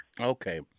Okay